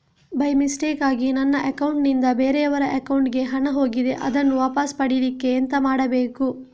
By ಮಿಸ್ಟೇಕಾಗಿ ನನ್ನ account ನಿಂದ ಬೇರೆಯವರ ಅಕೌಂಟ್ ಗೆ ಹಣ ಹೋಗಿದೆ ಅದನ್ನು ವಾಪಸ್ ಪಡಿಲಿಕ್ಕೆ ಎಂತ ಮಾಡಬೇಕು?